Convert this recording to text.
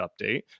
update